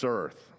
earth